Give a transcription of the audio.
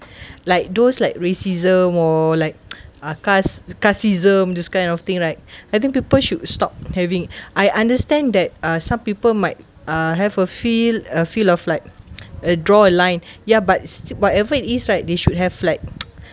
like those like racism or like uh class classism this kind of thing right I think people should stop having I understand that uh some people might uh have a feel a feel of like uh draw a line ya but whatever it is right they should have like